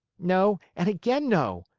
no, and again no!